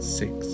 six